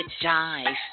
dive